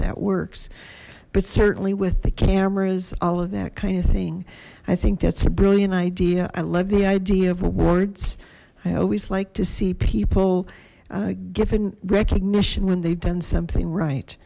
that works but certainly with the cameras all of that kind of thing i think that's a brilliant idea i love the idea of awards i always like to see people given recognition when they've done something